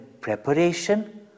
preparation